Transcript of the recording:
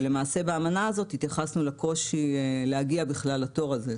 אבל למעשה באמנה הזאת התייחסנו לקושי להגיע בכלל לתור הזה.